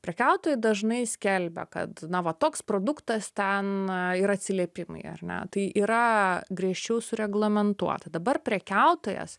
prekiautojai dažnai skelbia kad na va toks produktas ten ir atsiliepimai ar ne tai yra griežčiau sureglamentuota dabar prekiautojas